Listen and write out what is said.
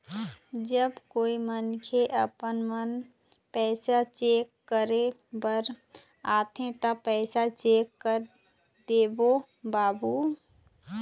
जब कोई मनखे आपमन पैसा चेक करे बर आथे ता पैसा चेक कर देबो बाबू?